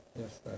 Yes